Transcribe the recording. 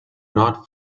not